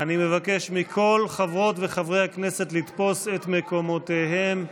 אני אבקש מכל חברות וחברי הכנסת לתפוס את מקומותיהם.